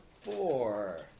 four